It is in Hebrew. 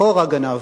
חורא גנב"